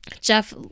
Jeff